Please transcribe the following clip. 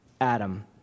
Adam